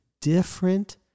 different